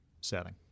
setting